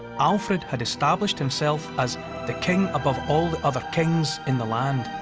alfred had established himself as the king above all the other kings in the land.